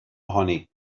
ohoni